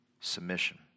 Submission